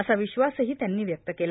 असा विश्वासही त्यांनी व्यक्त केला